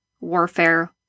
warfare